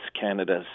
Canada's